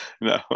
No